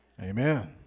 Amen